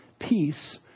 Peace